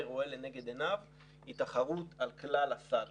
רואה לנגד עיניו היא תחרות על כלל הסל.